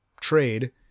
trade